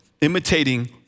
imitating